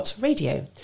radio